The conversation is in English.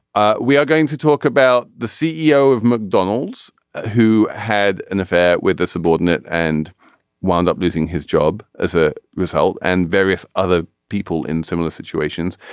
ah we are going to talk about the ceo of mcdonald's who had an affair with a subordinate and wound up losing his job as a result and various other people in similar situations.